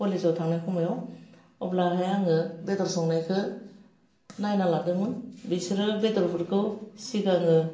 कलेजआव थांनाय समायाव अब्लाहाय आङो बेदर संनायखौ नायना लादोंमोन बिसोरो बेदरफोरखौ सिगाङो